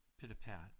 Pit-a-pat